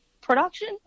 production